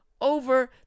over